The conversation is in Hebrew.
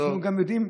אנחנו גם יודעים,